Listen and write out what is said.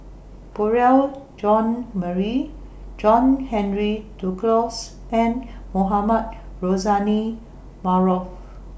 Beurel John Marie John Henry Duclos and Mohamed Rozani Maarof